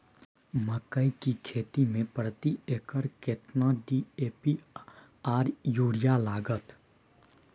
मकई की खेती में प्रति एकर केतना डी.ए.पी आर यूरिया लागत?